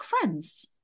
friends